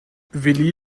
willi